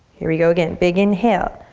here we go again, big inhale.